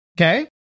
Okay